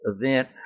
event